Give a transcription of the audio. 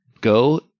Go